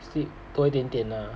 sleep 多一点点 ah